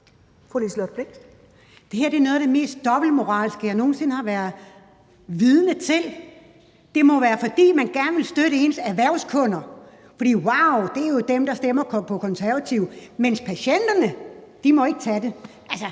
Det her er noget af det mest dobbeltmoralske, jeg nogen sinde har været vidne til. Det må være, fordi man gerne vil støtte ens erhvervskunder, for – wow! – det er jo dem, der stemmer på Konservative, men patienterne må ikke tage det. Altså,